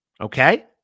Okay